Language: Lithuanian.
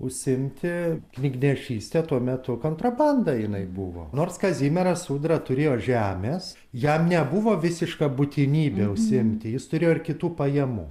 užsiimti knygnešyste tuo metu kontrabanda jinai buvo nors kazimieras ūdra turėjo žemės jam nebuvo visiška būtinybė užsiimti jis turėjo ir kitų pajamų